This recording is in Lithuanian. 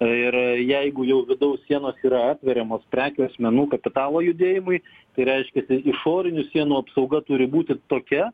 ir jeigu jau vidaus sienos yra atveriamos prekių asmenų kapitalo judėjimui tai reiškiasi išorinių sienų apsauga turi būti tokia